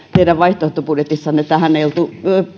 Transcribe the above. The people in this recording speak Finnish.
teidän vaihtoehtobudjetissanne tähän ei oltu